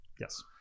Yes